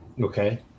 Okay